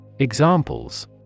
Examples